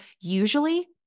usually